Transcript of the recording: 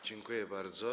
Dziękuję bardzo.